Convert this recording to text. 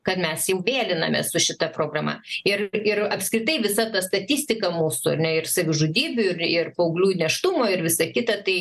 kad mes jau vėlinamės su šita programa ir ir apskritai visa ta statistika mūsų ar ne ir savižudybių ir ir paauglių nėštumo ir visa kita tai